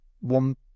one